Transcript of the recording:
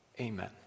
Amen